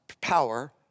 power